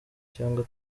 cyangwa